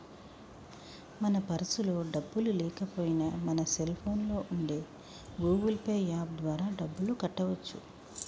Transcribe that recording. మన పర్సులో డబ్బులు లేకపోయినా మన సెల్ ఫోన్లో ఉండే గూగుల్ పే యాప్ ద్వారా డబ్బులు కట్టవచ్చు